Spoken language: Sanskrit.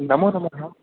नमोनमः